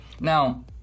Now